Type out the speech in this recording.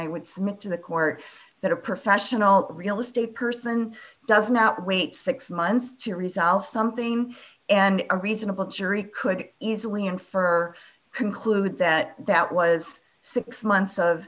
i would submit to the court that a professional real estate person does not wait six months to resolve something and a reasonable jury could easily infer conclude that that was six months of